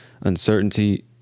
uncertainty